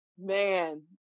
man